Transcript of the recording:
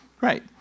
Right